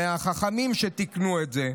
מהחכמים שתיקנו את זה.